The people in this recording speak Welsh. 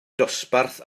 dosbarth